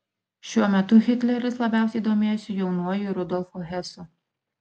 šiuo metu hitleris labiausiai domėjosi jaunuoju rudolfu hesu